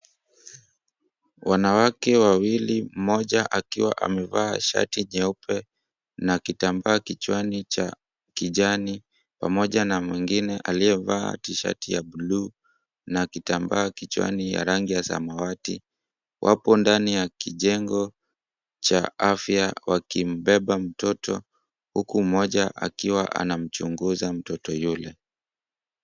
Wanawake wawili, mmoja akiwa amevaa shati nyeupe na kitambaa kichwani cha kijani, pamoja na mwingine aliyevaa tishati ya blue na kitambaa kichwani cha rangi ya samawati, wapo ndani ya kijengo cha afya, wakimbeba mtoto, huku mmoja akiwa anamchunguza mtoto yule.